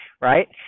right